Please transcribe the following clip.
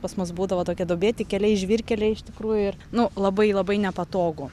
pas mus būdavo tokie duobėti keliai žvyrkeliai iš tikrųjų ir nu labai labai nepatogu